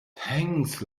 thanks